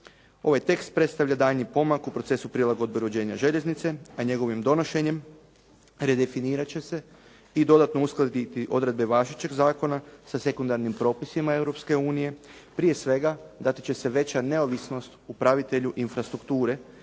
Ovaj tekst predstavlja daljnji pomak u procesu prilagodbe rođenja željeznice a njegovim donošenjem redefinirati će se i dodatno uskladiti odredbe važećeg zakona sa sekundarnim propisima Europske unije. Prije svega dati će se veća neovisnost upravitelju infrastrukture